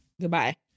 Goodbye